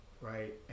right